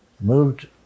Moved